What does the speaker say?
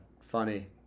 Funny